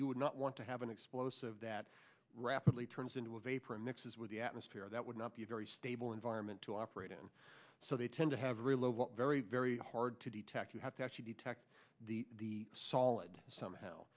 you would not want to have an explosive that rapidly turns into a vapor mixes with the atmosphere that would not be a very stable environment to operate in so they tend to have reloads very very hard to detect you have to actually detect the solid somehow